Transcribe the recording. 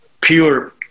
pure